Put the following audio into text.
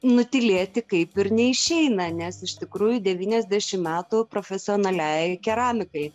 nutylėti kaip ir neišeina nes iš tikrųjų devyniasdešim metų profesionaliai keramikai